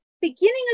beginning